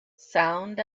sound